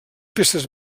peces